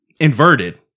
inverted